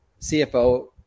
CFO